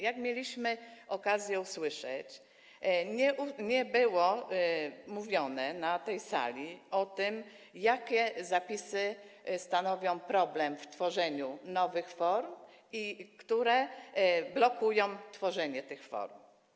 Jak mieliśmy okazję zauważyć, nie było mowy na tej sali o tym, jakie zapisy stanowią problem w tworzeniu nowych form i które z nich blokują tworzenie tych form.